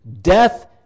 death